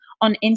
on